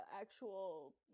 actual